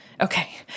Okay